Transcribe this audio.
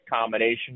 combination